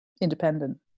independent